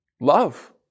Love